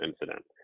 incident